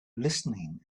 listening